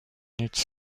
its